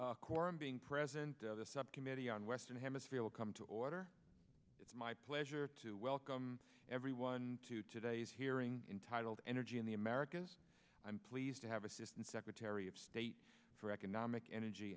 corum being president of the subcommittee on western hemisphere will come to order it's my pleasure to welcome everyone to today's hearing intitled energy in the americas i'm pleased to have assistant secretary of state for economic energy